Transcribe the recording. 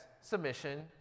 submission